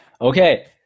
Okay